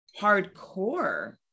hardcore